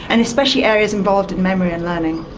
and especially areas involved in memory and learning.